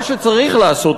מה שצריך לעשות,